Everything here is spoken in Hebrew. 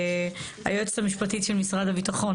היועצת המשפטית של משרד הביטחון,